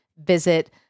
visit